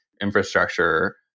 infrastructure